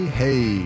hey